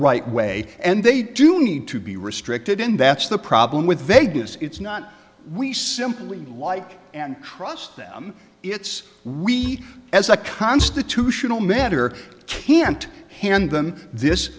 right way and they do need to be restricted in that's the problem with vagueness it's not we simply like and trust them it's we as a constitutional matter can't hand them this